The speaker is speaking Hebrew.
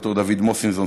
ולד"ר דוד מוסינזון,